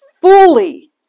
fully